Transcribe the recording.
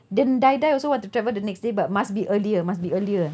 then die die also want to travel the next day but must be earlier must be earlier